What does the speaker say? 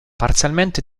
parzialmente